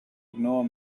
ignore